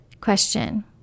Question